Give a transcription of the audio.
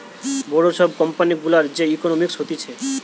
বড় সব কোম্পানি গুলার যে ইকোনোমিক্স হতিছে